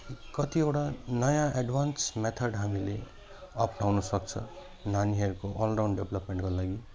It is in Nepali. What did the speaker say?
कि कतिवटा नयाँ एडभान्स मेथड हामीले अपनाउनु सक्छ नानीहरूको अल राउन्ड डेभ्लोपमेन्टको लागि